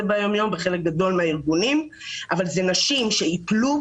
ביום יום בחלק גדול מהארגונים אבל אלה נשים שבוודאות